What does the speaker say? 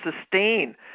sustain